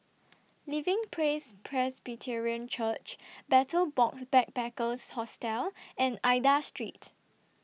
Living Praise Presbyterian Church Betel Box Backpackers Hostel and Aida Street